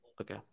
okay